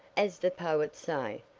as the poets say.